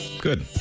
Good